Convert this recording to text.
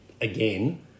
again